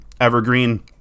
evergreen